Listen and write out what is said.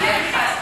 כבוד היושב-ראש,